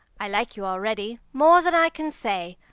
i like you already more than i can say.